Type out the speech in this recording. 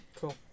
Cool